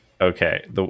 Okay